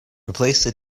replace